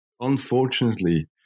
unfortunately